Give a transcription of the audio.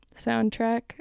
soundtrack